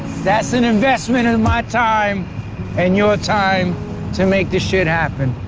that's an investment in my time and your time to make this shit happen.